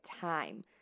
time